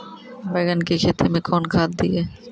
बैंगन की खेती मैं कौन खाद दिए?